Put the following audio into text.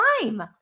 time